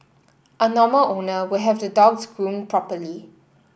a normal owner would have the dogs groomed properly